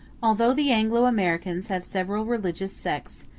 although the anglo-americans have several religious sects,